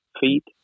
feet